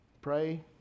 pray